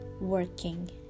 working